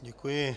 Děkuji.